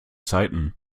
zeiten